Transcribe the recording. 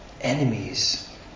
Enemies